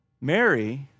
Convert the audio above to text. Mary